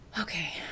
okay